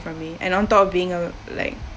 from me and on top of being a like